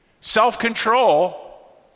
self-control